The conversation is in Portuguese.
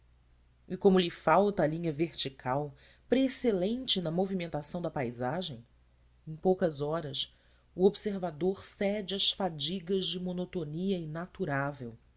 e como lhe falta a linha vertical preexcelente na movimentação da paisagem em poucas horas o observador cede às fadigas de monotonia inaturável